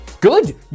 good